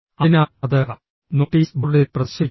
അതിനാൽ അത് നോട്ടീസ് ബോർഡിൽ പ്രദർശിപ്പിക്കുക